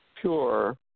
Pure